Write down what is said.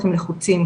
אתם לחוצים,